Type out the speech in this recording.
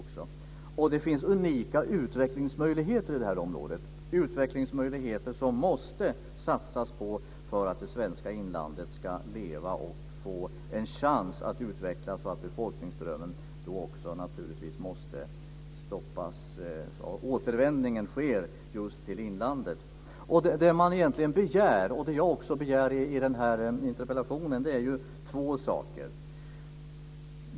Det finns också unika utvecklingsmöjligheter i området som måste satsas på för att det svenska inlandet ska leva och få en chans att utvecklas. Befolkningsströmmen måste då stoppas så att återvändningen sker just till inlandet. Det man egentligen begär, och det jag också begär i interpellationen, är två saker.